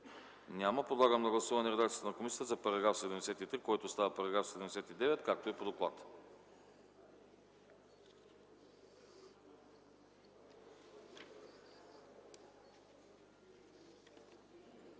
Няма. Подлагам на гласуване редакцията на комисията за § 70, който става § 76, както е по доклада.